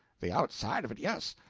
the outside of it yes.